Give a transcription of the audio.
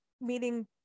meeting